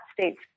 state's